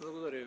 Благодаря